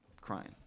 crying